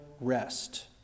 rest